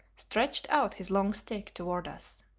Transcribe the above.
stretched out his long stick towards us.